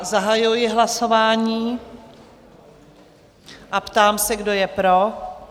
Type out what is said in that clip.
Zahajuji hlasování a ptám se, kdo je pro?